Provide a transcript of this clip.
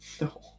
No